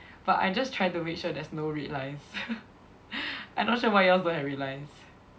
but I just try to make sure there's no red lines I not sure why yours don't have red lines